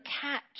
catch